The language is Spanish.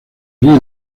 río